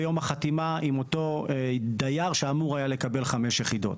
ביום החתימה עם אותו דייר שהיה אמור לקבל חמש יחידות.